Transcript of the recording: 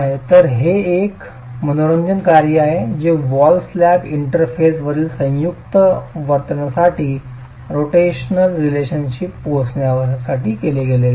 तर हे एक मनोरंजक कार्य आहे जे वॉल स्लॅब इंटरफेसवरील संयुक्त वर्तनासाठी रोटेशन रिलेशनशिपवर पोचण्यासाठी केले गेले आहे